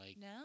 No